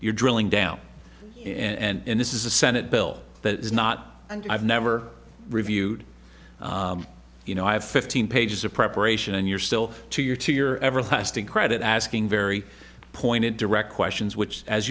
you're drilling down and this is a senate bill that is not and i've never reviewed you know i have fifteen pages of preparation and yourself to your to your everlasting credit asking very pointed direct questions which as